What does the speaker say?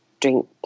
drink